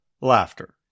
laughter